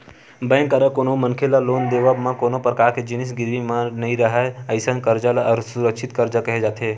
bank करा कोनो मनखे ल लोन के देवब म कोनो परकार के जिनिस गिरवी म नइ राहय अइसन करजा ल असुरक्छित करजा केहे जाथे